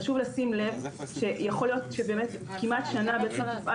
חשוב לשים לב שיכול להיות שכמעט שנה תופעל